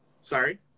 sorry